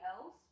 else